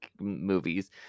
movies